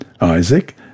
Isaac